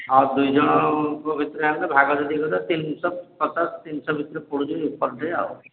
ଆଉ ଦୁଇ ଜଣଙ୍କ ଭିତରେ ଆମେ ଭାଗ ଯଦି କରି ଦେବା ତିନି ପଚାଶ ତିନି ଶହ ଭିତରେ ପଡ଼ୁଛି ପର୍ ଡେ ଆଉ